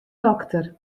dokter